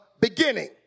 beginning